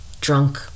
drunk